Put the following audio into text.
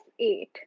eight